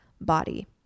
body